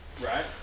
Right